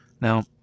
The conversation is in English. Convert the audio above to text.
Now